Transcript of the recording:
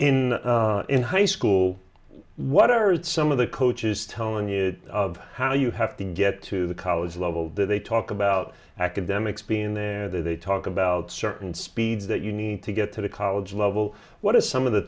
in in high school what are some of the coaches telling you of how you have to get to the college level they talk about academics being there they talk about certain speeds that you need to get to the college level what are some of the